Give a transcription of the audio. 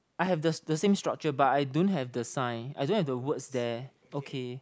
I have the the same structure but I don't have the sign I don't have the words there okay